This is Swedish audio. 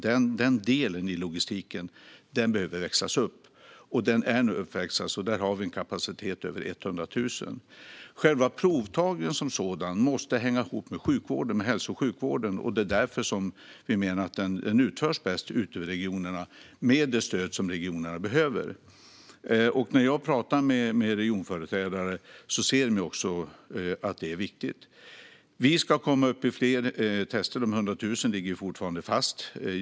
Den delen av logistiken behövde växlas upp, och den är nu uppväxlad - där har vi en kapacitet över 100 000. Själva provtagningen som sådan måste hänga ihop med hälso och sjukvården. Det är därför vi menar att den utförs bäst av regionerna med det stöd som regionerna behöver. När jag talar med regionföreträdare ser de också att detta är viktigt. Vi ska komma upp i fler tester; de 100 000 ligger fortfarande fast.